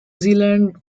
zealand